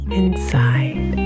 inside